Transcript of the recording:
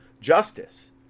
justice